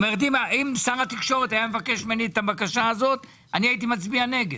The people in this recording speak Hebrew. אם שר התקשורת היה מבקש ממני את הבקשה הזאת הייתי מצביע נגד.